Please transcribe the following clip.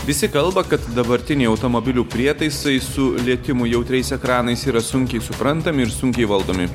visi kalba kad dabartiniai automobilių prietaisai su lietimui jautriais ekranais yra sunkiai suprantami ir sunkiai valdomi